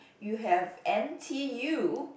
you have N_t_U